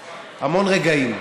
רגעים.